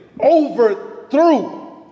overthrew